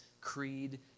creed